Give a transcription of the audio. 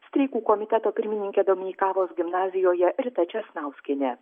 streikų komiteto pirmininkė domeikavos gimnazijoje rita česnauskienė